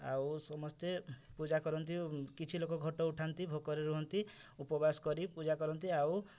ଆଉ ସମସ୍ତେ ପୂଜା କରନ୍ତି କିଛି ଲୋକ ଘଟ ଉଠାନ୍ତି ଭୋକରେ ରୁହନ୍ତି ଉପବାସ କରି ପୂଜା କରନ୍ତି ଆଉ